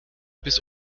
bis